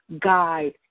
guide